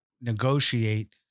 negotiate